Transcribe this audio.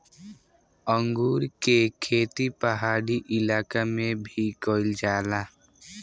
अंगूर के खेती पहाड़ी इलाका में भी कईल जाला